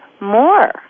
more